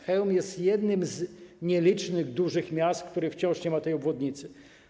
Chełm jest jednym z nielicznych dużych miast, które wciąż nie ma obwodnicy.